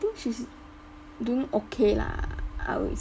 I think she's doing okay lah I would